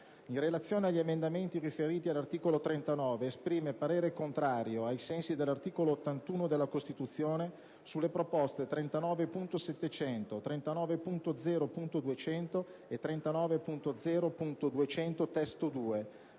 In relazione agli emendamenti riferiti all'articolo 39, esprime parere contrario, ai sensi dell'articolo 81 della Costituzione, sulle proposte 39.700, 39.0.200 e 39.0.200 (testo 2),